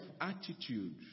attitude